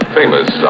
famous